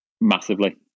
massively